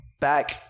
back